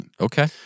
Okay